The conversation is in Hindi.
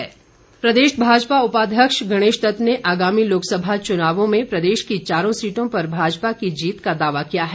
गणेश दत्त प्रदेश भाजपा उपाध्यक्ष गणेश दत्त ने आगामी लोकसभा चुनावों में प्रदेश की चारों सीटों पर भाजपा की जीत का दावा किया है